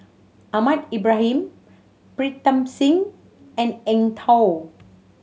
Ahmad Ibrahim Pritam Singh and Eng Tow